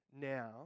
now